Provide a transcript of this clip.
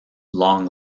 long